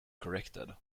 corrected